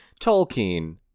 Tolkien